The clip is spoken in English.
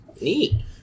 neat